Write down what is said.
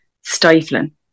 Stifling